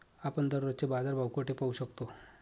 आपण दररोजचे बाजारभाव कोठे पाहू शकतो?